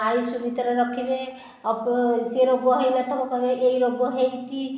I C U ଭିତରେ ରଖିବେ ସେ ରୋଗ ହୋଇନଥିବ କହିବେ ଏହି ରୋଗ ହୋଇଛି